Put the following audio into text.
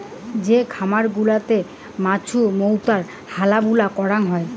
যে খামার গুলাতে মাছুমৌতাই হালুবালু করাং হই